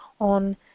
on